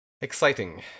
exciting